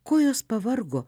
kojos pavargo